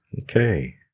Okay